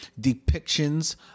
depictions